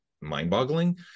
mind-boggling